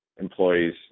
employees